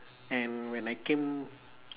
and when I came